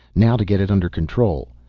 now to get it under control.